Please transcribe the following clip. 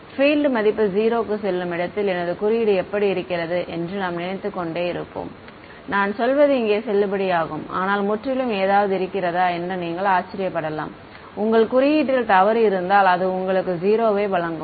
field மதிப்பு 0 க்குச் செல்லும் இடத்தில் எனது குறியீடு எப்படி இருக்கிறது என்று நாம் நினைத்துக்கொண்டே இருப்போம் நான் சொல்வது இங்கே செல்லுபடியாகும் ஆனால் முற்றிலும் ஏதாவது இருக்கிறதா என்று நீங்கள் ஆச்சரியப்படலாம் உங்கள் குறியீட்டில் தவறு இருந்தால் அது உங்களுக்கு 0 வை வழங்கும்